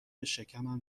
شکمم